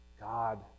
god